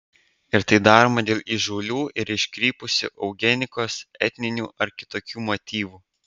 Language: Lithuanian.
ir tai daroma dėl įžūlių ir iškrypusių eugenikos etninių ar kitokių motyvų